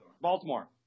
Baltimore